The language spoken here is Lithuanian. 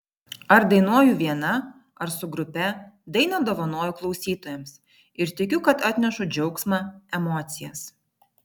ar dainuoju viena ar su grupe dainą dovanoju klausytojams ir tikiu kad atnešu džiaugsmą emocijas